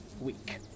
week